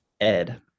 Ed